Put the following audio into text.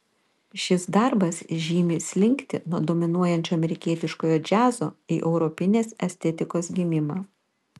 šis darbas žymi slinktį nuo dominuojančio amerikietiškojo džiazo į europinės estetikos gimimą